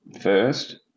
first